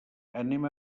anem